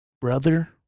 Brother